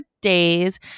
days